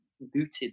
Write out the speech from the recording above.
booted